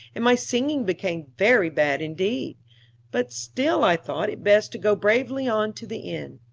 and my singing became very bad indeed but still i thought it best to go bravely on to the end.